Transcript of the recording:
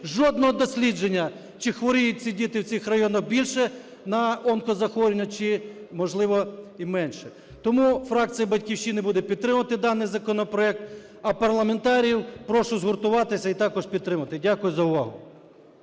жодного дослідження, чи хворіють ці діти в цих районах більше на онкозахворювання, чи, можливо, і менше. Тому фракція "Батьківщина" буде підтримувати даний законопроект. А парламентарів прошу згуртуватися і також підтримати. Дякую за увагу.